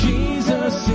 Jesus